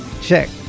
check